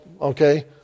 okay